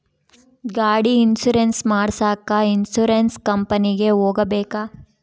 ಗಾಡಿ ಇನ್ಸುರೆನ್ಸ್ ಮಾಡಸಾಕ ಇನ್ಸುರೆನ್ಸ್ ಕಂಪನಿಗೆ ಹೋಗಬೇಕಾ?